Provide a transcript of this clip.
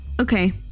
Okay